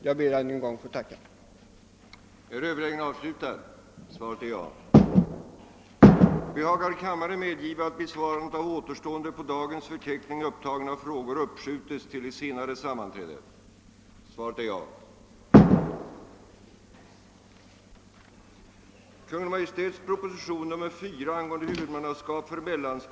tagna frågor uppskötes till ett senare sammanträde.